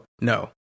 no